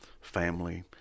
family